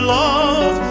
love